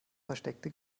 versteckte